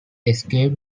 escaped